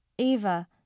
Eva